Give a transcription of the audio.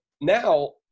now